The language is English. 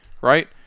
right